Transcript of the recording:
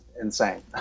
Insane